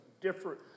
different